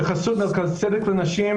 בחסות מרכז צדק לנשים,